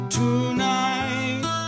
tonight